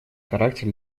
характер